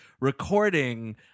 recording